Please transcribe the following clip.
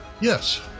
Yes